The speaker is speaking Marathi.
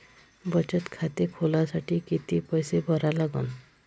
बचत खाते खोलासाठी किती पैसे भरा लागन?